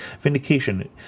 Vindication